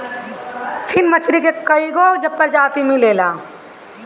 फिन मछरी के कईगो प्रजाति मिलेला